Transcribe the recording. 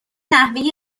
نحوه